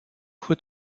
who